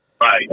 Right